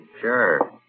Sure